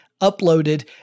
uploaded